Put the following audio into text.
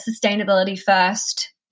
sustainability-first